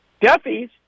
Duffy's